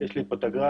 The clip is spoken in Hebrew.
יש לי פה את הגרף